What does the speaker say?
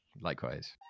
Likewise